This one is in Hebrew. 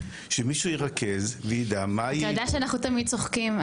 שמישהו ירכז ויידע מה --- אתה יודע שאנחנו תמיד צוחקים,